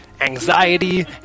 anxiety